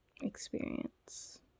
experience